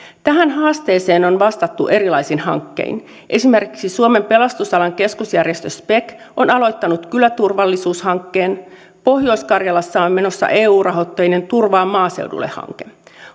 tähän haasteeseen on vastattu erilaisin hankkein esimerkiksi suomen pelastusalan keskusjärjestö spek on aloittanut kyläturvallisuus hankkeen pohjois karjalassa on menossa eu rahoitteinen turvaa maaseudulle hanke